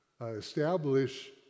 establish